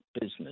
business